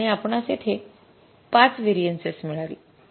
आणि आपणास येथे ५ व्हेरिएंसिस मिळाली